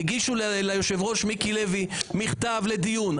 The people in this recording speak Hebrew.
הגישו ליושב-ראש, מיקי לוי, מכתב לדיון.